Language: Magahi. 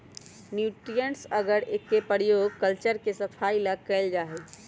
न्यूट्रिएंट्स अगर के प्रयोग कल्चर के सफाई ला कइल जाहई